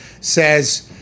says